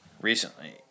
Recently